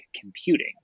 computing